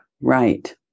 Right